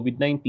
COVID-19